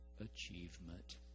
achievement